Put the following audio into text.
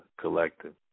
collective